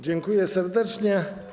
Dziękuję serdecznie.